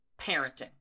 parenting